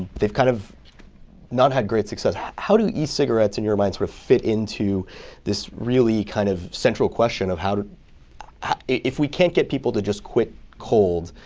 they've kind of not had great success. how how do e-cigarettes, in your mind, sort of fit into this really kind of central question of how to if we can't get people to just quit cold,